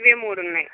ఇవి మూడు ఉన్నాయి